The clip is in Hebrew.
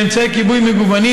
באמצעי כיבוי מגוונים,